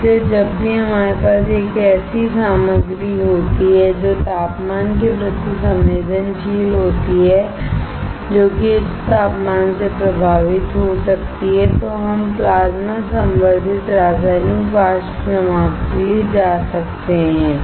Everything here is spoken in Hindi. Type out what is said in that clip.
इसीलिए जब भी हमारे पास एक ऐसी सामग्री होती है जो तापमान के प्रति संवेदनशील होती है जो कि उच्च तापमान से प्रभावित हो सकती है तो हम प्लाज्मा संवर्धित रासायनिक वाष्प जमाव के लिए जा सकते हैं